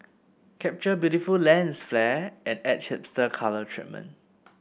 capture beautiful lens flare and add hipster colour treatment